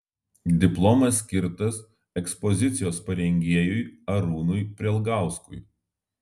diplomas skirtas ekspozicijos parengėjui arūnui prelgauskui